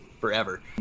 forever